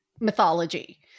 mythology